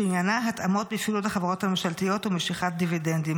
שעניינה התאמות בפעילות החברות הממשלתיות ומשיכת דיבידנדים.